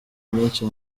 myinshi